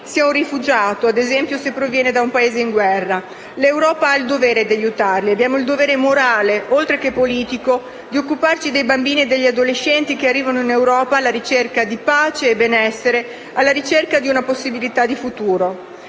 sia un rifugiato, ad esempio se proviene da un Paese in guerra. L'Europa ha il dovere di aiutare questi bambini. Abbiamo il dovere morale oltre che politico di occuparci dei bambini e degli adolescenti che arrivano in Europa alla ricerca di pace e benessere, alla ricerca di una possibilità di futuro.